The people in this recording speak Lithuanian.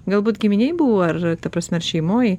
galbūt giminėj buvo ar ta prasme šeimoj